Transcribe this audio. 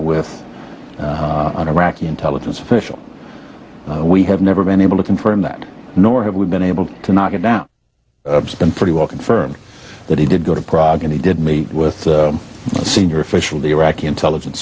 with iraqi intelligence official we have never been able to confirm that nor have we been able to knock it down pretty well confirmed that he did go to prague and he did meet with a senior official the iraqi intelligence